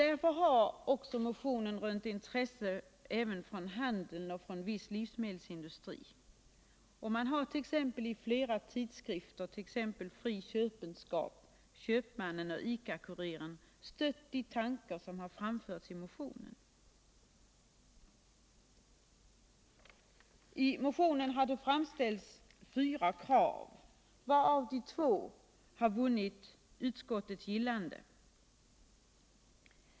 Därför har motionen också rönt intresse från handeln och viss livsmedelsindustri. Man har i flera tidskrifter — t.ex. Fri Köpenskap, Köpmannen och ICA-Kuriren — stött de tankar som vi motionärer framfört. I motionen har det framställts fyra krav, varav två vunnit utskottets gillande.